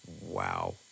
Wow